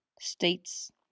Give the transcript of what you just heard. states